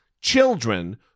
children